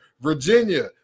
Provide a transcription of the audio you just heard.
Virginia